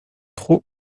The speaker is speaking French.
trop